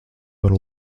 varu